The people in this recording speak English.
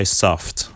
soft